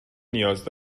نیاز